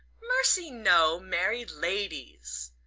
mercy, no! married ladies.